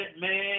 man